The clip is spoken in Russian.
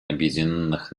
объединенных